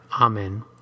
Amen